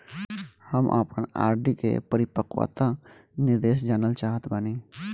हम आपन आर.डी के परिपक्वता निर्देश जानल चाहत बानी